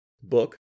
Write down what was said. book